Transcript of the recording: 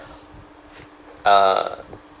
uh